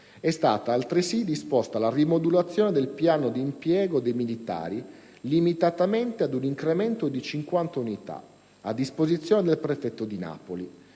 è stata altresì disposta la rimodulazione del piano d'impiego dei militari limitatamente ad un incremento di 50 unità, a disposizione del prefetto di Napoli,